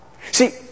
See